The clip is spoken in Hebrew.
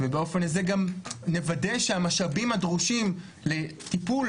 ובאופן הזה גם נוודא שהמשאבים הדרושים לטיפול